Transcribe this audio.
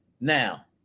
now